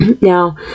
Now